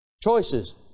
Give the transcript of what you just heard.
Choices